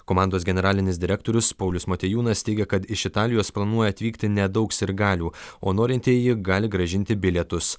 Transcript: komandos generalinis direktorius paulius motiejūnas teigia kad iš italijos planuoja atvykti nedaug sirgalių o norintieji gali grąžinti bilietus